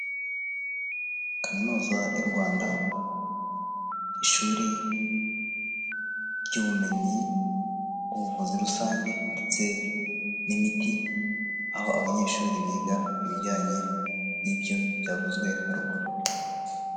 Kaminuza y'u Rwanda, ishuri ry'ubumenyi n'ubuvuzi rusange ndetse n'imiti, aho abanyeshuri biga ibijyanye n'ibyo byavuzwe haruguru.